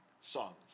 songs